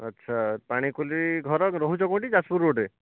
ଆଚ୍ଛା ପାଣିକୋଇଲି ଘର ରହୁଛ କେଉଁଠି ଯାଜପୁର ରୋଡ଼୍ରେ